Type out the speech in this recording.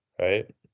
right